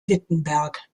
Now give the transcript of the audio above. wittenberg